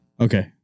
okay